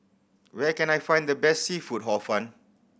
where can I find the best seafood Hor Fun